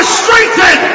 strengthen